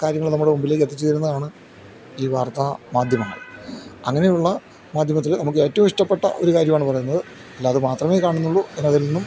കാര്യങ്ങൾ നമ്മുടെ മുമ്പിലേക്ക് എത്തിച്ചേരുന്നതാണ് ഈ വാർത്താ മാധ്യമങ്ങൾ അങ്ങനെയുള്ള മാധ്യമത്തിൽ നമുക്ക് ഏറ്റവും ഇഷ്ടപ്പെട്ട ഒരു കാര്യമാണ് പറയുന്നത് അല്ല അത് മാത്രമേ കാണുന്നുള്ളൂ എന്ന് അതിൽ നിന്നും